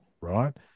Right